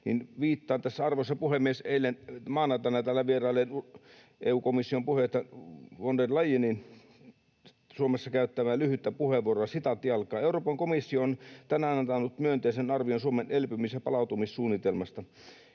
Viittaan tässä, arvoisa puhemies, maanantaina täällä vierailleen EU-komission puheenjohtajan von der Leyenin Suomessa käyttämään lyhyeen puheenvuoroon: ”Euroopan komissio on tänään antanut myönteisen arvion Suomen elpymis- ja palautumissuunnitelmasta.